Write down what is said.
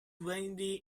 windy